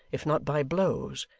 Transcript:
if not by blows,